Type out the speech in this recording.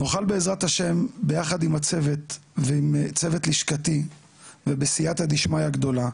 נוכל בעזרת ה' ביחד עם הצוות ועם צוות לשכתי ובסיעתא דשמיא גדולה,